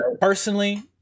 personally